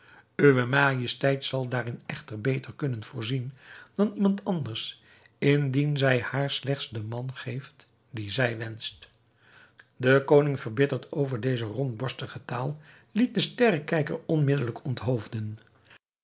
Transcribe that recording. uwe majesteit zal daarin echter beter kunnen voorzien dan iemand anders indien zij haar slechts den man geeft dien zij wenscht de koning verbitterd over deze rondborstige taal liet den sterrekijker onmiddelijk onthoofden